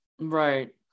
Right